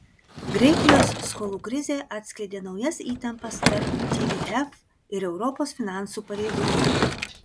graikijos skolų krizė atskleidė naujas įtampas tarp tvf ir europos finansų pareigūnų